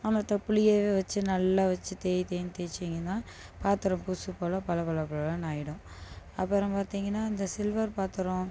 நாம் இத்த புளியவே வச்சி நல்லா வச்சி தேயி தேயின்னு தேச்சீங்கன்னால் பாத்திரம் புதுசு போல பள பளபளனு ஆகிடும் அப்புறம் பார்த்தீங்கன்னா இந்த சில்வர் பாத்திரம்